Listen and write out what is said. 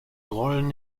rollen